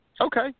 Okay